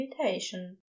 invitation